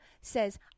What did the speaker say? says